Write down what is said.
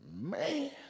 Man